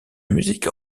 musique